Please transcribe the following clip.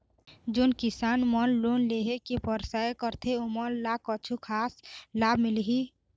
जोन किसान मन लोन लेहे के परयास करथें ओमन ला कछु खास लाभ मिलही?